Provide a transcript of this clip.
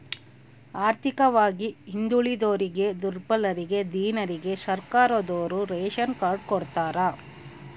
ಆರ್ಥಿಕವಾಗಿ ಹಿಂದುಳಿದೋರಿಗೆ ದುರ್ಬಲರಿಗೆ ದೀನರಿಗೆ ಸರ್ಕಾರದೋರು ರೇಶನ್ ಕಾರ್ಡ್ ಕೊಡ್ತಾರ